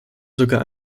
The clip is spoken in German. sogar